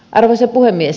arvoisa puhemies